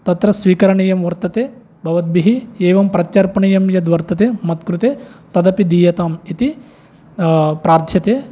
तत्र स्वीकरणीयं वर्तते भवद्भिः एवं प्रत्यर्पणीयं यत् वर्तते मत् कृते तदपि दीयताम् इति प्रार्थ्यते